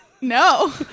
No